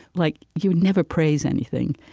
like you would never praise anything.